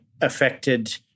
affected